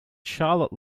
charlotte